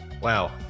Wow